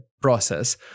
process